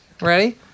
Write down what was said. Ready